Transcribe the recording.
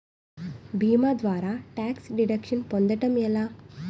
భీమా ద్వారా tax deduction పొందటం ఎలా?